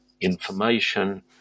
information